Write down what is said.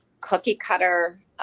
cookie-cutter